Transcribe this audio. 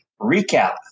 recap